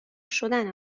شدن